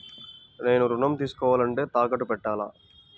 నేను ఋణం తీసుకోవాలంటే తాకట్టు పెట్టాలా?